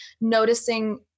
noticing